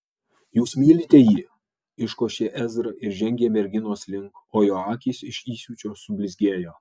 jūs mylite jį iškošė ezra ir žengė merginos link o jo akys iš įsiūčio sublizgėjo